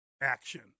action